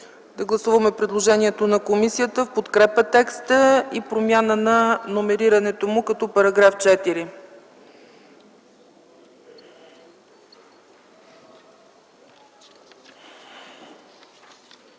Да гласуваме предложението на комисията в подкрепа на текста и промяна на номерирането му като § 4.